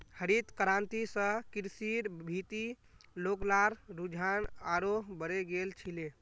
हरित क्रांति स कृषिर भीति लोग्लार रुझान आरोह बढ़े गेल छिले